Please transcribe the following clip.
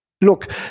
look